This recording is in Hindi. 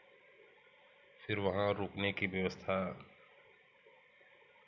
फिर वहाँ रुकने की व्यवस्था